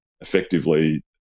effectively